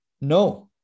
No